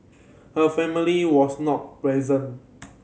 her family was not present